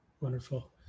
Wonderful